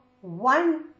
one